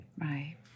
Right